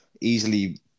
easily